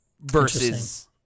versus